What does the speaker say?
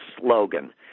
slogan